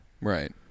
Right